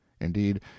indeed